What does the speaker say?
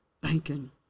banking